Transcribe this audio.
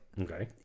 Okay